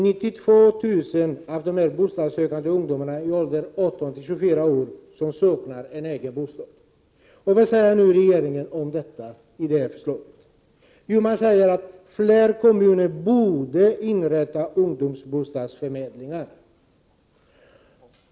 92 000 av de bostadssökande ungdomarna i åldern 18—24 år saknar egen bostad. Vad säger nu regeringen om detta i det aktuella förslaget? Jo, man säger att fler kommuner ”borde” inrätta ungdomsbostadsförmedlingar.